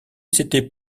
s’était